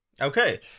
Okay